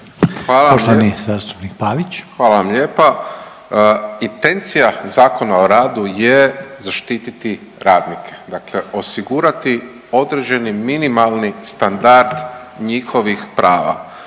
Hvala vam lijepa. Intencija Zakona o radu je zaštititi radnike, dakle osigurati određeni minimalni standard njihovih prava.